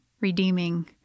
redeeming